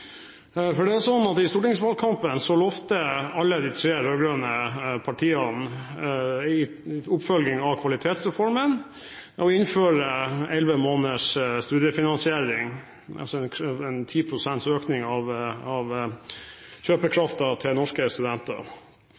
for det er sånn at i stortingsvalgkampen lovet alle de tre rød-grønne partiene i en oppfølging av Kvalitetsreformen å innføre elleve måneders studiefinansiering – altså en 10 pst. økning av kjøpekraften til norske studenter.